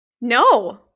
No